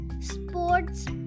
sports